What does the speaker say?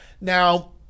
Now